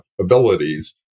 abilities